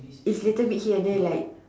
it's little bit here and there like